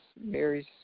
Mary's